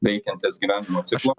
veikiantis gyvenimo ciklo